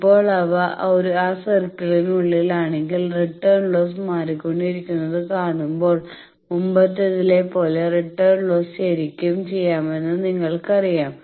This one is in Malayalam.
ഇപ്പോൾ അവ ആ സർക്കിളിനുള്ളിൽ ആണെങ്കിൽ റിട്ടേൺ ലോസ് മാറിക്കൊണ്ടിരിക്കുന്നത് കാണുമ്പോൾ മുമ്പത്തെതിലെ പോലെ റിട്ടേൺ ലോസ് ശെരിക്കും ചെയ്യാമെന്ന് നിങ്ങൾക്കറിയാം